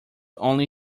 only